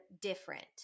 different